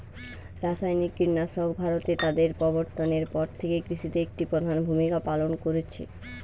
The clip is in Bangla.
রাসায়নিক কীটনাশক ভারতে তাদের প্রবর্তনের পর থেকে কৃষিতে একটি প্রধান ভূমিকা পালন করেছে